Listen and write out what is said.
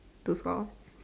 to score